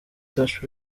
touch